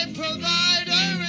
provider